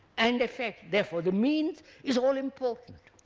and effect, therefore the means is all important.